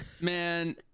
man